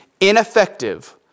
ineffective